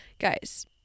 Guys